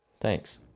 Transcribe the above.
Thanks